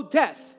death